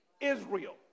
Israel